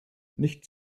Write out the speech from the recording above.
nicht